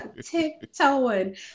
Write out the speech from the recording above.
tiptoeing